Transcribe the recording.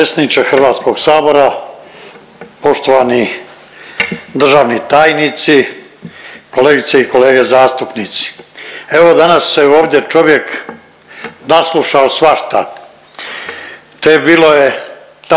Hrvatskog sabora, poštovani državni tajnici, kolegice i kolege zastupnici. Evo danas se ovdje čovjek naslušao svašta te bilo je tada